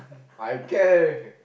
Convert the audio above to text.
I care